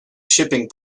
shipping